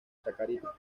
chacarita